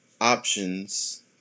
options